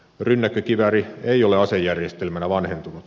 rynnäkkökivääri ei ole asejärjestelmänä vanhentunut